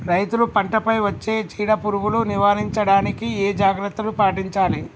రైతులు పంట పై వచ్చే చీడ పురుగులు నివారించడానికి ఏ జాగ్రత్తలు పాటించాలి?